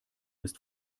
ist